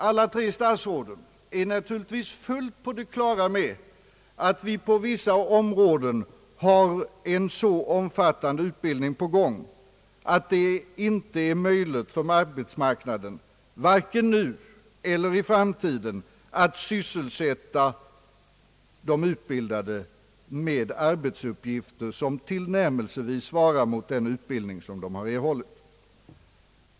Alla tre statsråden är naturligtvis fullt på det klara med att vi på vissa områden har en så omfattande utbildning på gång att det inte är möjligt för arbetsmarknaden, vare sig nu eller i framtiden, att sysselsätta alla de utbildade med arbetsuppgifter som tillnärmelsevis svarar mot den utbildning som de har erhållit.